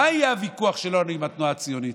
מה היה הוויכוח שלנו עם התנועה הציונית?